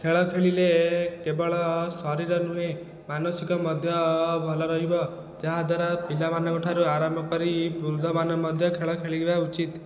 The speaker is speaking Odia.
ଖେଳ ଖେଳିଲେ କେବଳ ଶରୀର ନୁହେଁ ମାନସିକ ମଧ୍ୟ ଭଲ ରହିବ ଯାହାଦ୍ଵାରା ପିଲାମାନଙ୍କଠାରୁ ଆରମ୍ଭ କରି ବୃଦ୍ଧମାନେ ମଧ୍ୟ ଖେଳ ଖେଳିବା ଉଚିତ